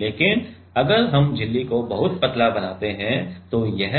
लेकिन अगर हम झिल्ली को बहुत पतला बनाते हैं तो यह